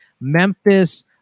Memphis